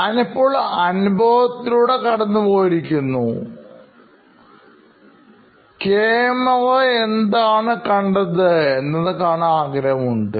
ഞാനിപ്പോൾ അനുഭവത്തിലൂടെ കടന്നു പോയിരിക്കുന്നു ക്യാമറഎന്താണ് കണ്ടത് എന്നത് കാണാൻ ആഗ്രഹമുണ്ട്